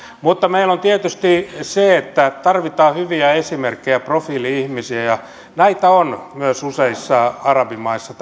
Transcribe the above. mutta meillä on tietysti se että tarvitaan hyviä esimerkkejä ja profiili ihmisiä ja näitä tämäntyyppisiä henkilöitä on myös useissa arabimaissa